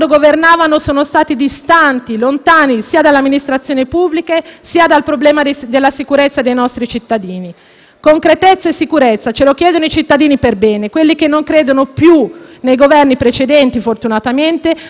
se la legge e i codici non sono un'opinione, l'amministrazione pubblica è una cosa, mentre l'imprenditoria privata - e ripeto privata - è un'altra cosa. Essere accessibile al pubblico non vuol dire essere del pubblico.